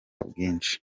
bwinshi